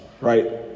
right